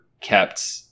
kept